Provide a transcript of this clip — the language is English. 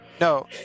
no